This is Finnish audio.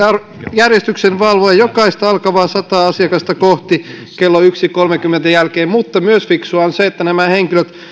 järjestyksenvalvoja jokaista alkavaa sataa asiakasta kohti kello yksi kolmenkymmenen jälkeen mutta fiksua on myös se että nämä henkilöt